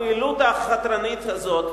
הפעילות החתרנית הזאת,